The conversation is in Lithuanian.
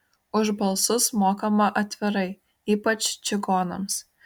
už balsus mokama atvirai ypač čigonams